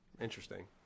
Interesting